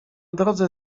drodze